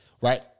Right